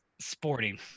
sporting